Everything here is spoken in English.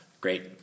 great